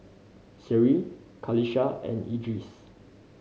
Seri Qalisha and Idris